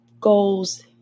goals